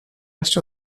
rest